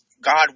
God